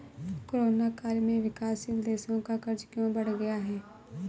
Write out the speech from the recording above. Corona काल में विकासशील देशों का कर्ज क्यों बढ़ गया है?